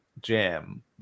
jam